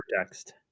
text